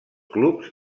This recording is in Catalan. clubs